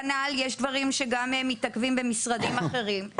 כנ"ל, יש דברים שגם מתעכבים במשרדים אחרים.